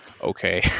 okay